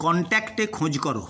কন্ট্যাক্টে খোঁজ করো